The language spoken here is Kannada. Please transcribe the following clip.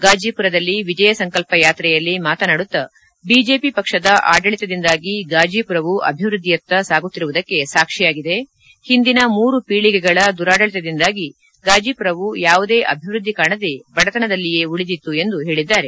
ಗಾಜಿಪುರದಲ್ಲಿ ವಿಜಯ ಸಂಕಲ್ಪ ಯಾತ್ರೆಯಲ್ಲಿ ಮಾತನಾಡುತ್ತಾ ಬಿಜೆಪಿ ಪಕ್ಷದ ಆಡಳಿತದಿಂದಾಗಿ ಗಾಜಿಪುರವು ಅಭಿವೃದ್ಧಿಯತ್ತ ಸಾಗುತ್ತಿರುವುದಕ್ಕೆ ಸಾಕ್ಷಿಯಾಗಿದೆ ಹಿಂದಿನ ಮೂರು ಖೀಳಿಗೆಗಳ ದುರಾಡಳಿತದಿಂದಾಗಿ ಗಾಜಿಪುರವು ಯಾವುದೇ ಅಭಿವೃದ್ಧಿ ಕಾಣದೆ ಬಡತನದಲ್ಲಿಯೇ ಉಳಿದಿತ್ತು ಎಂದು ಹೇಳಿದ್ದಾರೆ